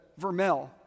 Vermel